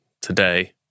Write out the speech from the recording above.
today